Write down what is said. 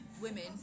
women